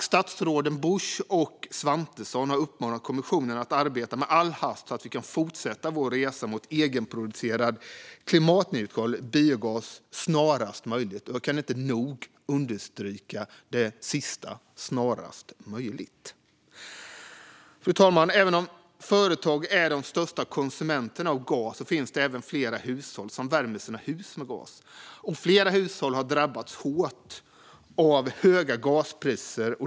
Statsråden Busch och Svantesson har uppmanat kommissionen att arbeta med all hast, så att vi kan fortsätta vår resa mot egenproducerad klimatneutral biogas snarast möjligt. Jag kan inte nog understryka detta sista: snarast möjligt. Fru talman! Även om företag är de största konsumenterna av gas finns det även flera hushåll som värmer sina hus med gas. Flera hushåll har drabbats hårt av höga gaspriser.